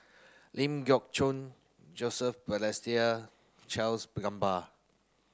Ling Geok Choon Joseph Balestier Charles Gamba